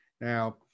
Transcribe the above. Now